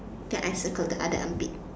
that I circled the other armpit